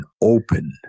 open